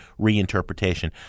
reinterpretation